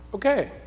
Okay